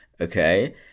Okay